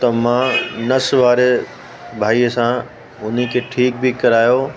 त मां नस वारे भाईअ सां उन्हीअ खे ठीकु बि करायो